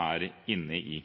er inne i.